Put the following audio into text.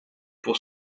pour